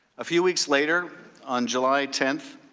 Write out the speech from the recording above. a few weeks later, on july tenth,